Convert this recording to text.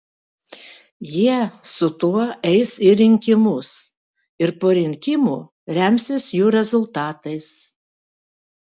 jie su tuo eis į rinkimus ir po rinkimų remsis jų rezultatais